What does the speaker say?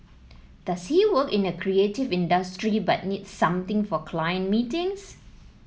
does he work in a creative industry but needs something for client meetings